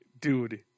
Dude